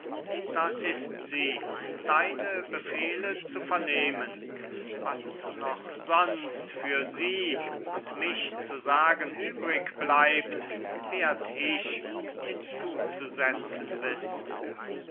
da ist sie deine befehle zu vernehmen was noch sonst für sie und mich zu sagen übrig bleibt werd ich hinzuzusetzen wissen